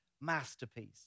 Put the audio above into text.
masterpiece